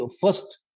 first